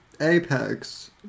Apex